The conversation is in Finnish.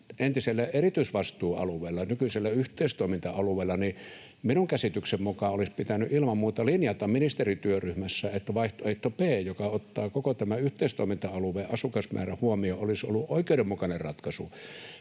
entisellä erityisvastuualueella, nykyisellä yhteistoiminta-alueella, niin minun käsitykseni mukaan olisi pitänyt ilman muuta linjata ministerityöryhmässä, että vaihtoehto B, joka ottaa koko tämän yhteistoiminta-alueen asukasmäärän huomioon, olisi ollut oikeudenmukainen ratkaisu.